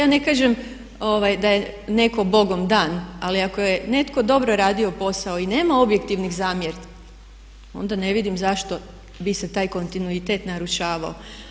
Ja ne kažem da je netko bogom dan, ali ako je netko dobro radio posao i nema objektivnih zamjerki, onda ne vidim zašto bi se taj kontinuitet narušavao.